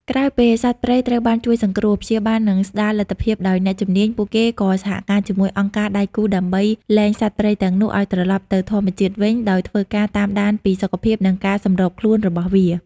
ក្រោយពេលសត្វព្រៃត្រូវបានជួយសង្គ្រោះ ព្យាបាល និងស្តារលទ្ធភាពដោយអ្នកជំនាញ ពួកគេក៏សហការជាមួយអង្គការដៃគូដើម្បី លែងសត្វព្រៃទាំងនោះឲ្យត្រឡប់ទៅធម្មជាតិវិញ ដោយធ្វើការតាមដានពីសុខភាព និងការសម្របខ្លួនរបស់វា។